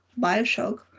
Bioshock